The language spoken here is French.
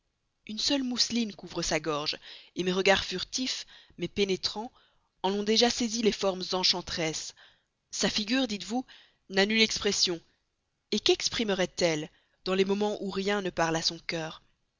une seule mousseline couvre sa gorge mes regards furtifs mais pénétrants en ont déjà saisi les formes enchanteresses sa figure dites-vous n'a nulle expression et quexprimerait elle dans les moments où rien ne parle à son cœur